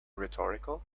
rhetorical